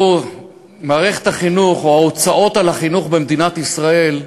מערכת החינוך, או ההוצאות על החינוך במדינת ישראל,